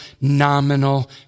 nominal